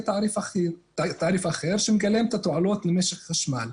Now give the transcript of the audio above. תעריף אחר שמגלם את התועלות למשק החשמל,